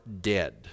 dead